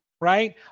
right